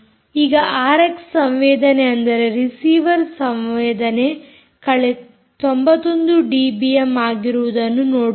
ಈಗ ಆರ್ಎಕ್ಸ್ ಸಂವೇದನೆ ಅಂದರೆ ರಿಸೀವರ್ ಸಂವೇದನೆ ಕಳೆ 91 ಡಿಬಿಎಮ್ ಆಗಿರುವುದನ್ನು ನೋಡೋಣ